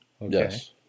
Yes